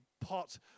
pot